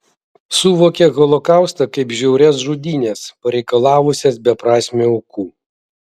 suvokia holokaustą kaip žiaurias žudynes pareikalavusias beprasmių aukų